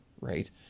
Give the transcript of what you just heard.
right